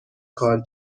کار